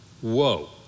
whoa